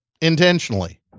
Intentionally